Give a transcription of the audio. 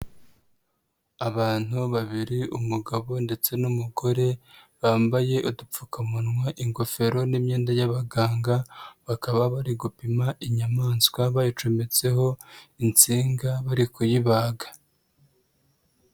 Abantu babiri umugabo ndetse n'umugore bambaye udupfukamunwa, ingofero n'imyenda y'abaganga bakaba bari gupima inyamaswa bayicometseho insinga bari kuyibaga.